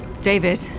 David